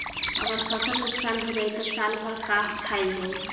अगर फसल नुकसान हो जाई त साल भर का खाईल जाई